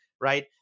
Right